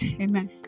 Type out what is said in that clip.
Amen